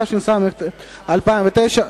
התשס"ט 2009,